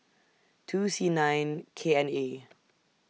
two C nine K N A